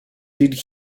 did